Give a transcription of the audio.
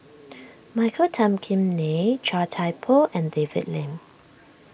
Michael Tan Kim Nei Chia Thye Poh and David Lim